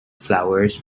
flowers